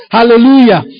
Hallelujah